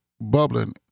bubbling